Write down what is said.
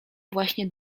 właśnie